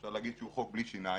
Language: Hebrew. אפשר להגיד שהוא חוק בלי שיניים.